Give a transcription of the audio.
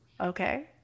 Okay